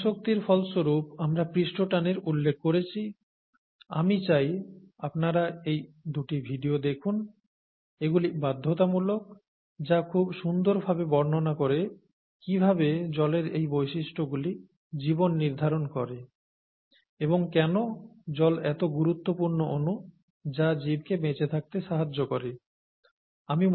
সংসক্তির ফলস্বরূপ আমরা পৃষ্ঠটানের সারফেস টেনশন উল্লেখ করেছি আমি চাই আপনারা এই দুটি ভিডিও দেখুন এগুলি বাধ্যতামূলক যা খুব সুন্দর ভাবে বর্ণনা করে কিভাবে জলের এই বৈশিষ্ট্যগুলি জীবন নির্ধারণ করে এবং কেন জল এত গুরুত্বপূর্ণ অনু যা জীবকে বেঁচে থাকতে সাহায্য করেছে